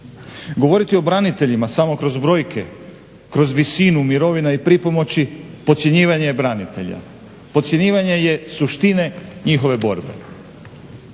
Govoriti o braniteljima samo kroz brojke, kroz visinu mirovina i pripomoći podcjenjivanje je branitelja, podcjenjivanje je suštine njihove borbe.